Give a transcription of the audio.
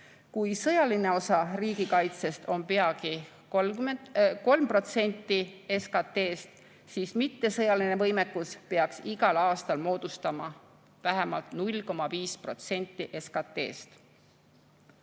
Kui sõjaline osa riigikaitsest on peagi 3% SKT‑st, siis mittesõjaline võimekus peaks igal aastal moodustama vähemalt 0,5%